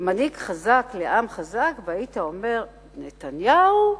מנהיג חזק לעם חזק, והיית אומר: נתניהו,